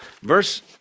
verse